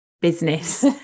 business